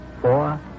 four